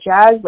jazz